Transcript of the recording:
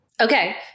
Okay